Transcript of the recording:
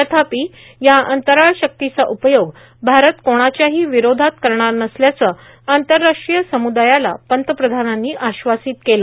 तथापि या अंतराळ शक्तिचा उपयोग भारत कोणाच्याही विरोधात करणार नसल्याचं आंतरराष्ट्रीय समुदायाला पंतप्रधानांनी आश्वासित केलं